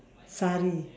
sari